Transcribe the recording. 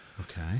Okay